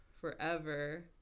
forever